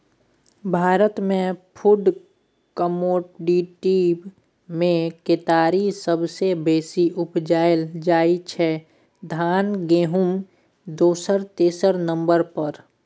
भारतमे फुड कमोडिटीमे केतारी सबसँ बेसी उपजाएल जाइ छै धान गहुँम दोसर तेसर नंबर पर